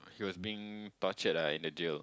he was being torture ah in the jail